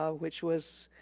ah which was,